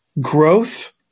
Growth